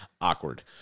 Awkward